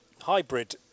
hybrid